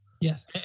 Yes